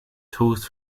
tools